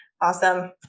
awesome